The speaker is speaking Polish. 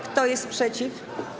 Kto jest przeciw?